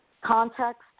context